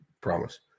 Promise